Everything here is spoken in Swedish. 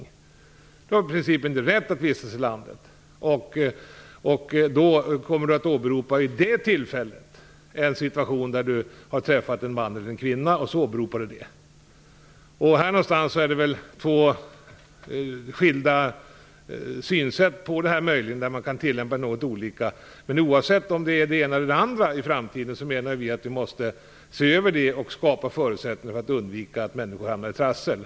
Då har man i princip inte rätt att vistas i landet, och vid det tillfället kommer man att åberopa det skälet att man har träffat en man eller en kvinna. Det är två skilda synsätt, och tillämpningen kan bli olika. Oavsett om det är det ena eller det andra i framtiden, måste vi se över det och skapa förutsättningar för att undvika att människor hamnar i trassel.